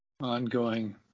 ongoing